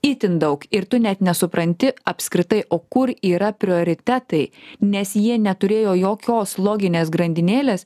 itin daug ir tu net nesupranti apskritai o kur yra prioritetai nes jie neturėjo jokios loginės grandinėlės